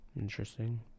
Interesting